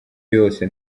yose